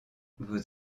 vous